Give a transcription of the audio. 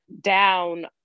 down